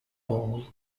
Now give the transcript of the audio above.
ball